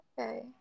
Okay